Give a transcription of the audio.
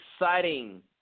exciting